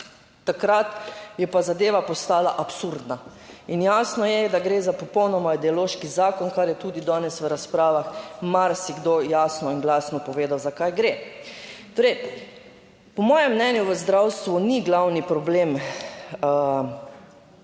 Takrat je pa zadeva postala absurdna. In jasno je, da gre za popolnoma ideološki zakon, kar je tudi danes v razpravah marsikdo jasno in glasno povedal. Za kaj gre? Torej po mojem mnenju v zdravstvu ni glavni problem,